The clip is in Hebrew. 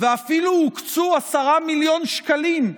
אפילו הוקצו 10 מיליון שקלים,